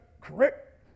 correct